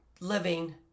living